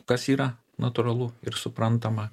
kas yra natūralu ir suprantama